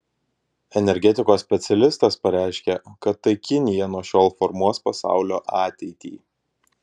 energetikos specialistas pareiškė kad tai kinija nuo šiol formuos pasaulio ateitį